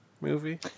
movie